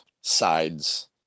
sides